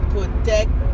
Protect